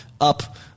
up